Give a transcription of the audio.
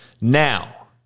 Now